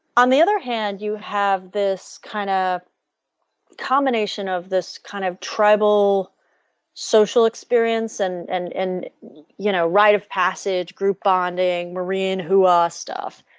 on the other hand you have this kind of combination of this kind of tribal social experience and and and you know right of passage, group bonding, marine, hoo-ha ah stuff.